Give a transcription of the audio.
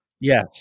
Yes